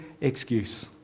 excuse